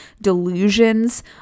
delusions